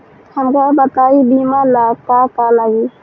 हमका बताई बीमा ला का का लागी?